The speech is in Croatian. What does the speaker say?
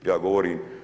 Ja govorim.